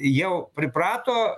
jau priprato